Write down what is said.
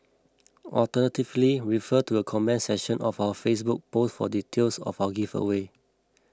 alternatively refer to the comments section of our Facebook post for details of our giveaway